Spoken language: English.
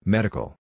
Medical